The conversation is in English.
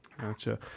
Gotcha